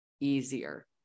easier